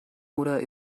oder